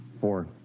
Four